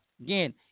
again